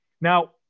Now